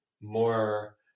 more